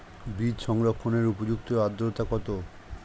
বীজ সংরক্ষণের উপযুক্ত আদ্রতা কত?